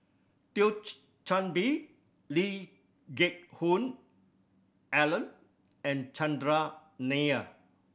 Chan Bee Lee Geck Hoon Ellen and Chandran Nair